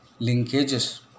linkages